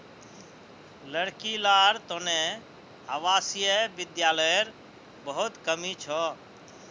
लड़की लार तने आवासीय विद्यालयर बहुत कमी छ